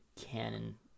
canon